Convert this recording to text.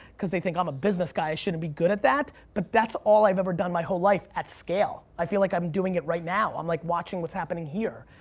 cause they think i'm a business guy, i shouldn't be good at that, but that's all i've ever done my whole life at scale. i feel like i'm doing it right now. i'm like watching what's happening here.